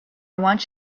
want